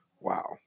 Wow